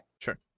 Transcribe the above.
Sure